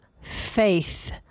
faith